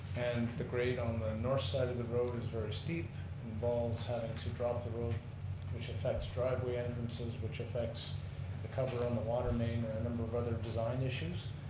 and the grate on the north side of the road is very steep and involves having to drop the road which affects driveway entrances, which affects the cover on the water main, and a number of other design issues.